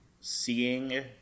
seeing